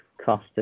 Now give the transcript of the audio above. cost